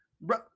Bro